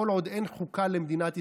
כל עוד אין חוקה למדינת ישראל,